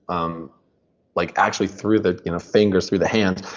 um like actually through the fingers, through the hands,